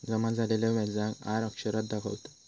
जमा झालेल्या व्याजाक आर अक्षरात दाखवतत